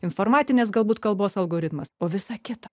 informacinės galbūt kalbos algoritmas o visa kita